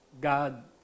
God